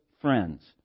friends